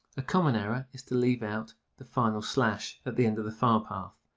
a common error is to leave out the final slash at the end of the file path,